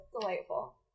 delightful